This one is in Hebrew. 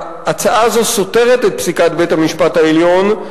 ההצעה הזאת סותרת את פסיקת בית-המשפט העליון.